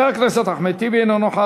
חבר הכנסת אחמד טיבי, אינו נוכח,